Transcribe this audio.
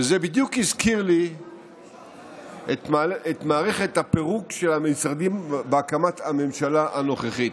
וזה בדיוק הזכיר לי את מערכת הפירוק של המשרדים בהקמת הממשלה הנוכחית.